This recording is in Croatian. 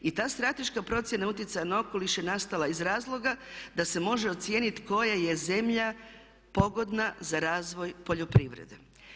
I ta strateška procjena utjecaja na okoliš je nastala iz razloga da se može ocijeniti koja je zemlja pogodna za razvoj poljoprivrede.